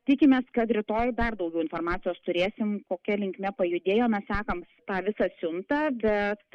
tikimės kad rytoj dar daugiau informacijos turėsim kokia linkme pajudėjom mes sekam tą visą siuntą bet